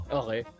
okay